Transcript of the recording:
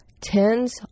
tens